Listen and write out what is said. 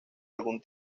algún